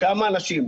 כמה אנשים.